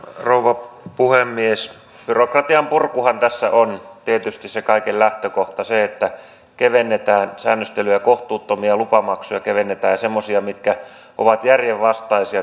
rouva puhemies byrokratian purkuhan tässä on tietysti se kaiken lähtökohta se että kevennetään säännöstelyä ja kohtuuttomia lupamaksuja kevennetään semmoisia mitkä ovat järjenvastaisia